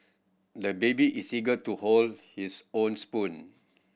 the baby is eager to hold his own spoon